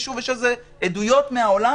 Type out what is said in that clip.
יש לכך עדויות מן העולם,